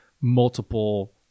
multiple